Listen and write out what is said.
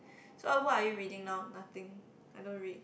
so what are you reading now nothing I don't read